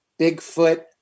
Bigfoot